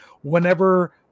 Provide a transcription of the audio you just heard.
whenever